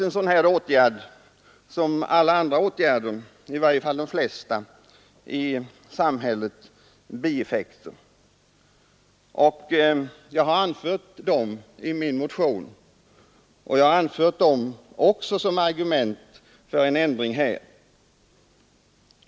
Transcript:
En sådan åtgärd som vi föreslår har naturligtvis som de flesta andra åtgärder bieffekter. Vi har redogjort för dem i vår motion och även anfört dem som argument för en ändring.